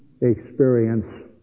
experience